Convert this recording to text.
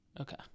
Okay